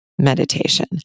Meditation